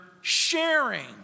sharing